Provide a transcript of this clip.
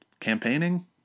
Campaigning